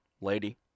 lady